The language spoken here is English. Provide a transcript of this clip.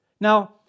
Now